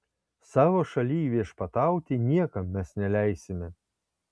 savo šalyj viešpatauti niekam mes neleisime